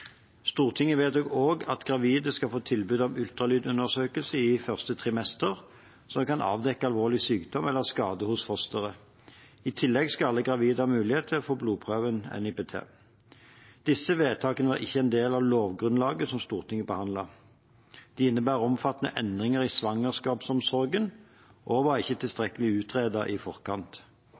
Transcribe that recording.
Stortinget vedtok også at gravide skal få tilbud om ultralydundersøkelse i første trimester, som kan avdekke alvorlig sykdom eller skade hos fosteret. I tillegg skal alle gravide ha mulighet til å få blodprøven NIPT. Disse vedtakene var ikke en del av lovgrunnlaget som Stortinget behandlet. De innebærer omfattende endringer i svangerskapsomsorgen og var ikke tilstrekkelig utredet i forkant.